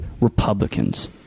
Republicans